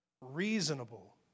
reasonable